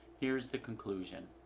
here's the conclusion.